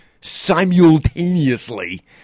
simultaneously